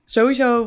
Sowieso